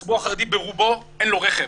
לציבור החרדי ברובו אין רכב.